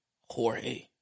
Jorge